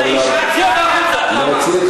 אני קורא אותך לסדר פעם שנייה.